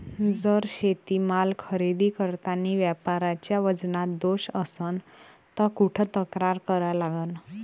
जर शेतीमाल खरेदी करतांनी व्यापाऱ्याच्या वजनात दोष असन त कुठ तक्रार करा लागन?